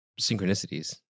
synchronicities